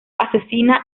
asesina